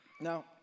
Now